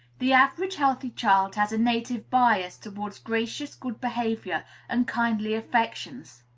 the average healthy child has a native bias towards gracious good behavior and kindly affections.